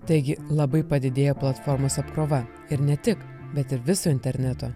taigi labai padidėja platformos apkrova ir ne tik bet ir viso interneto